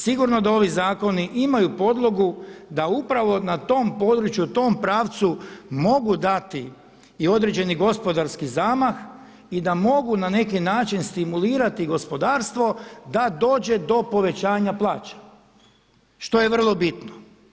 Sigurno da ovi zakoni imaju podlogu da upravo na tom području, tom pravcu mogu dati i određeni gospodarski zamah i da mogu na neki način stimulirati gospodarstvo da dođe do povećanja plaća što je vrlo bitno.